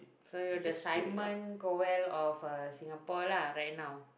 so you're the Simon-Cowell of uh Singapore lah right now